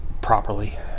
properly